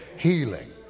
healing